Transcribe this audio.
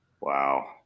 Wow